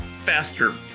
faster